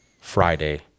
Friday